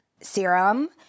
serum